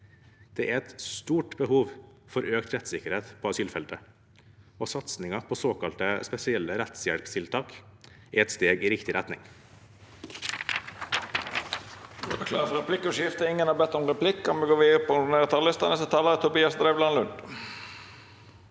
Det er et stort behov for økt rettssikkerhet på asylfeltet, og satsingen på såkalte spesielle rettshjelpstiltak er et steg i riktig retning.